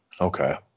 Okay